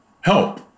help